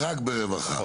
רק ברווחה.